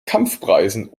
kampfpreisen